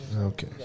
Okay